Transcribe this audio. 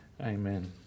Amen